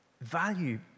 Value